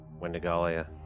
Wendigalia